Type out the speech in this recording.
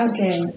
Okay